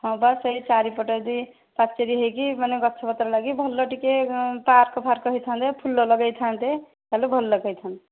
ହଁ ପରା ସେହି ଚାରିପଟେ ବି ପାଚେରୀ ହୋଇକି ମାନେ ଗଛପତ୍ର ଲାଗିକି ଭଲ ଟିକେ ପାର୍କ ଫାର୍କ ହୋଇ ଥାଆନ୍ତା ଫୁଲ ଲଗାଇ ଥାଆନ୍ତେ ତାହେଲେ ଭଲ ହୋଇଥାନ୍ତା